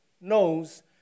knows